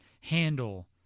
handle